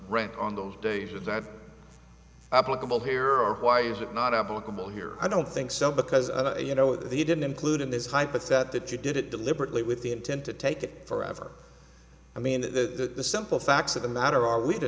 rent on those days or that applicable here or why is it not applicable here i don't think so because you know they didn't include in this hypothetical you did it deliberately with the intent to take it forever i mean the simple facts of the matter are